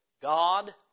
God